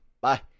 Bye